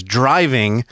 driving